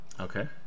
Okay